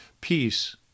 peace